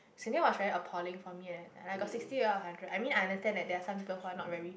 was very appalling from me I got sixty over hundred I mean I understand that there are some people who are not very